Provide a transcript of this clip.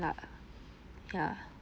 lah ya